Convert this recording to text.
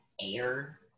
air